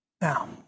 Now